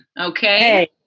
Okay